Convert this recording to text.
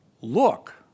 look